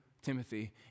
Timothy